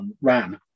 ran